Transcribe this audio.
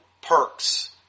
perks